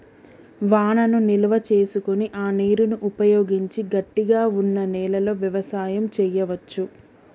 వానను నిల్వ చేసుకొని ఆ నీరును ఉపయోగించి గట్టిగ వున్నా నెలలో వ్యవసాయం చెయ్యవచు